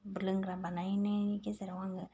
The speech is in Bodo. लोंग्रा बानायनाय गेजेराव आङो